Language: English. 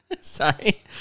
Sorry